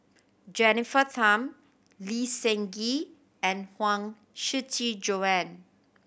Jennifer Tham Lee Seng Gee and Huang Shiqi Joan